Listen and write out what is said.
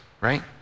right